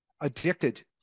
addicted